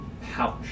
pouch